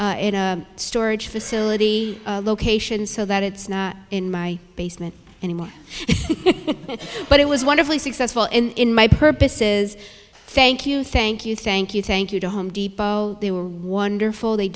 and storage facility location so that it's not in my basement in my it but it was wonderfully successful in in my purposes thank you thank you thank you thank you to home depot they will wonderful they